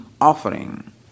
offering